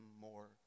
more